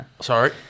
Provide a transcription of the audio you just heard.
Sorry